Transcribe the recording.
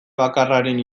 bakarraren